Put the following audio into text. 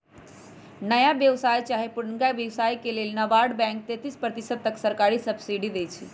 नया व्यवसाय चाहे पुरनका के विकास लेल नाबार्ड बैंक तेतिस प्रतिशत तक सरकारी सब्सिडी देइ छइ